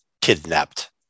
kidnapped